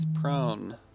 prone